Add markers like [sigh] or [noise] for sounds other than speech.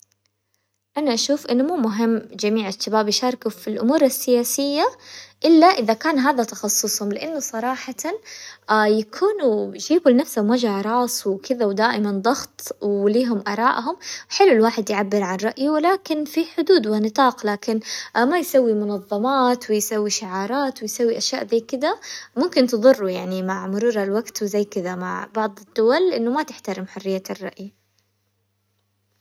انا اشوف انه مو مهم جميع الشباب يشاركوا في الامور السياسية الا اذا كان هذا تخصصهم، لانه صراحة [hesitation] يكونوا يجيبوا لنفسهم وجع راس وكذا، ودائما ضغط وليهم ارائهم، حلو الواحد يعبر عن رأيه ولكن في حدود ونطاق، لكن ما يسوي منظمات ويسوي شعارات ويسوي اشياء زي كدا، ممكن تضره يعني مع مرور الوقت وزي كذا مع بعض الدول انه ما تحترم حرية الرأي.